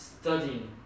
studying